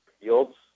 yields